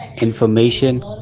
information